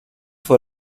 fue